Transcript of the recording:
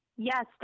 Yes